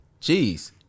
Jeez